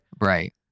Right